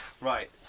Right